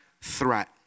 threat